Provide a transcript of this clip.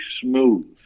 smooth